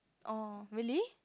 oh really